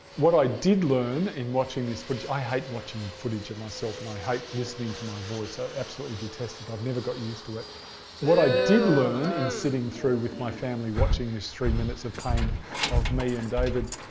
what i did learn in watching this footage i hate watching footage of myself and i hate listening to my voice. i absolutely detest it. i've never got used to it what i did learn in sitting through with my family watching this three minutes of pain of me and david,